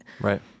Right